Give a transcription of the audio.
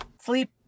Sleep